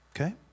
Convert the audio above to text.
Okay